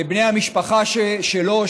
לבני המשפחה שלו,